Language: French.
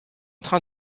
train